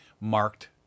marked